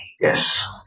Yes